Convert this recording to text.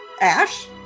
ash